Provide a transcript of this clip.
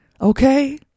Okay